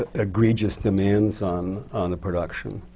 ah egregious demands on on a production.